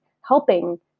helping